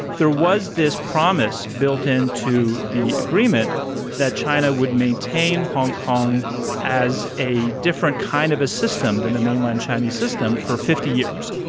there was this promise built in to the agreement that china would maintain hong kong as a different kind of a system than the mainland chinese system for fifty years.